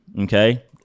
Okay